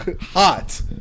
Hot